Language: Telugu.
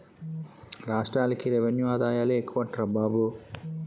రాష్ట్రాలకి రెవెన్యూ ఆదాయాలే ఎక్కువట్రా బాబు